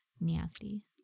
Nasty